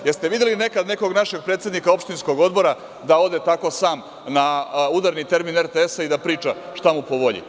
Da li ste videli nekad nekog našeg predsednika opštinskog odbora da ode tako sam na udarni termin RTS i da priča šta mu je po volji?